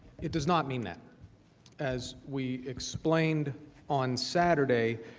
it does not mean that as we've explained on saturday,